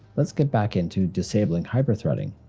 let's get back into disabling hyper-threading.